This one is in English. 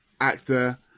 actor